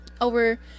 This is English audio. over